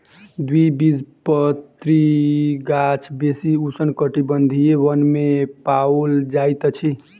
द्विबीजपत्री गाछ बेसी उष्णकटिबंधीय वन में पाओल जाइत अछि